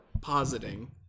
positing